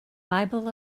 bible